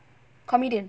comedian